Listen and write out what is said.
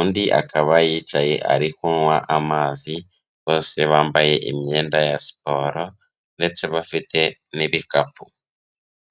undi akaba yicaye ari kunywa amazi, bose bambaye imyenda ya siporo ndetse bafite n'ibikapu.